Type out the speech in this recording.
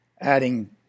adding